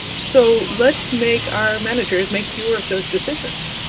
so let's make our managers make fewer of those decisions.